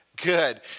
Good